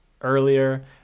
earlier